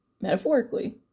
metaphorically